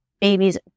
babies